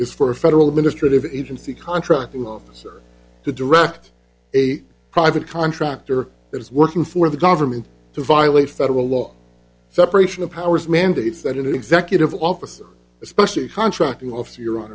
is for a federal administrative agency contracting officer to direct a private contractor that is working for the government to violate federal law separation of powers mandates that an executive officer especially contracting officer your